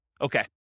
Okay